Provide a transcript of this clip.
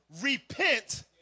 Repent